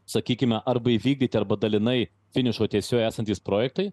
sakykime arba įvykdyti arba dalinai finišo tiesiojoje esantys projektai